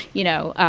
you know,